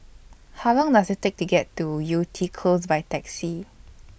How Long Does IT Take to get to Yew Tee Close By Taxi